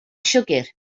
siwgr